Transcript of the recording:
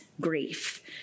grief